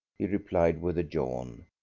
he replied with a yawn,